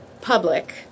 public